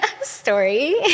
story